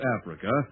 Africa